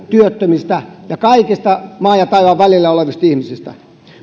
työttömistä ja kaikista maan ja taivaan välillä olevista ihmisistä